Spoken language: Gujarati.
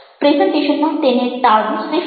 પ્રેઝન્ટેશનમાં તેને ટાળવું શ્રેષ્ઠ છે